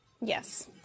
Yes